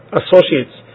associates